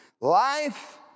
life